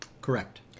Correct